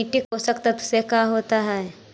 मिट्टी पोषक तत्त्व से का होता है?